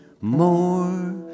more